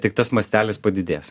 tik tas mastelis padidės